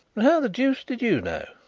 but how the deuce did you know?